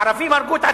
הערבים הרגו את עצמם?